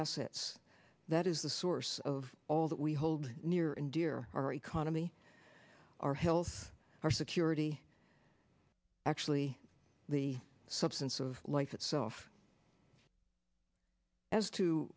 assets that is the source of all that we hold near and dear our economy our health our security actually the substance of life itself as to